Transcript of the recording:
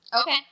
Okay